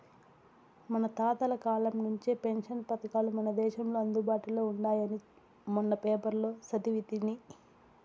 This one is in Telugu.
మన తాతల కాలం నుంచే పెన్షన్ పథకాలు మన దేశంలో అందుబాటులో ఉండాయని మొన్న పేపర్లో సదివితి